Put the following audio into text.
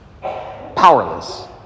powerless